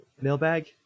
mailbag